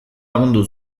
lagundu